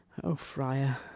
o friar,